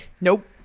Nope